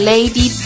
Lady